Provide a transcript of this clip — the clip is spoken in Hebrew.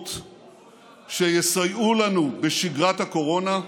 מהירות שיסייעו לנו בשגרת הקורונה.